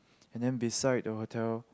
and then beside the hotel